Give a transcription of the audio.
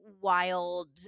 wild